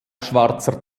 schwarzer